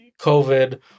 COVID